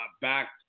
back